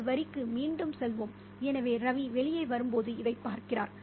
அந்த வரிக்கு மீண்டும் செல்வோம் எனவே ரவி வெளியே வரும்போது இதைப் பார்க்கிறார்